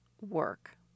work